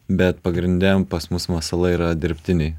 bet pagrinde pas mus masalai yra dirbtiniai